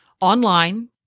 online